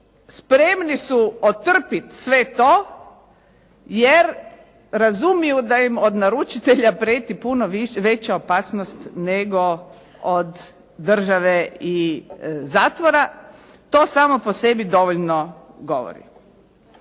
spremni su otrpjeti sve to jer razumiju da im od naručitelja prijeti puno veća opasnost nego od države i zatvora. To samo po sebi dovoljno govori.